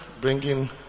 bringing